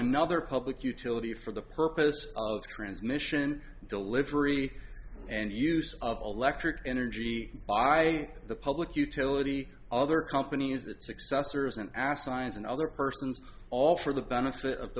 another public utility for the purpose of transmission delivery and use of electric energy by the public utility other companies that successors an absence and other persons all for the benefit of